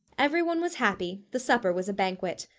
everyone was happy, the supper was a banquet.